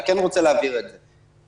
אני כן רוצה להבהיר את זה.